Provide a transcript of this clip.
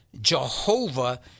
Jehovah